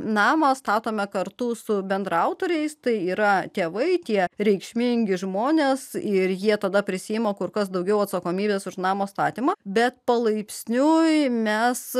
namą statome kartu su bendraautoriais tai yra tėvai tie reikšmingi žmonės ir jie tada prisiima kur kas daugiau atsakomybės už namo statymą bet palaipsniui oi mes